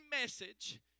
message